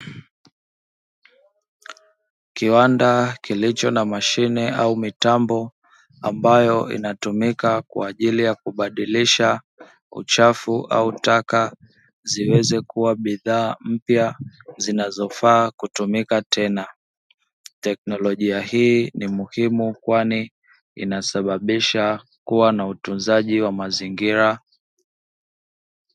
Kiwanda kilicho na mashine au mitambo ambayo inatumika kwa ajili ya kubadilisha uchafu au taka ziweze kuwa bidhaa mpya zinazofaa kutumika tena. Teknolojia hii ni muhimu kwani inasababisha kuwa ja utunzaji wa mazingira.